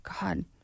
God